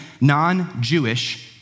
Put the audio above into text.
non-Jewish